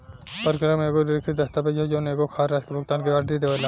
परक्रमय एगो लिखित दस्तावेज ह जवन एगो खास राशि के भुगतान के गारंटी देवेला